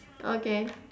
okay